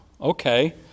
Okay